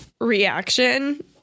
reaction